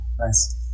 Nice